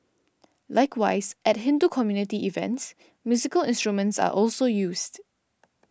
likewise at Hindu community events musical instruments are also used